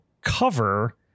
cover